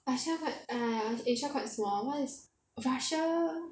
ASEAN quite ah asia quite small err russia